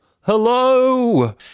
hello